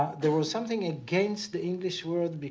there was something against the english word,